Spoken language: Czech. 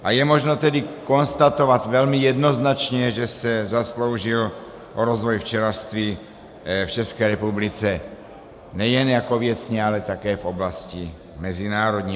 A je možno tedy konstatovat velmi jednoznačně, že se zasloužil o rozvoj včelařství v České republice nejen jako věcně, ale také v oblasti mezinárodní.